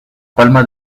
palma